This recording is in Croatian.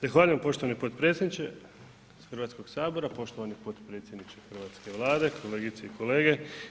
Zahvaljujem poštovani potpredsjedniče Hrvatskog sabora, poštovani potpredsjedniče hrvatske Vlade, kolegice i kolege.